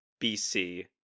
bc